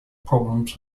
problems